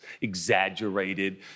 exaggerated